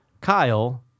Kyle